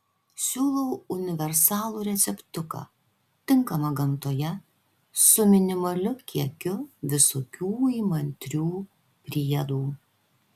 siūlau universalų receptuką tinkamą gamtoje su minimaliu kiekiu visokių įmantrių priedų